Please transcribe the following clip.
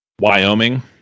Wyoming